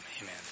Amen